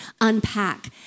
unpack